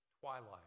twilight